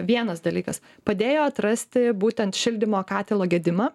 vienas dalykas padėjo atrasti būtent šildymo katilo gedimą